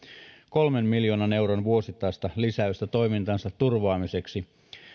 kolmen miljoonan euron vuosittaista lisäystä toimintansa turvaamiseksi